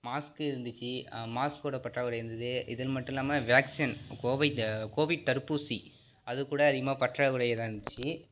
mask இருந்துச்சு மாஸ்க்கோட பற்றாக்குறை இருந்தது இதன் மட்டும் இல்லாமல் வேக்சின் கோவை கோவிட் தடுப்பூசி அது கூட அதிகமாக பற்றாக்குறையாக தான் இருந்துச்சு